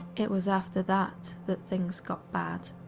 it was after that that things got bad.